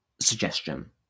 suggestion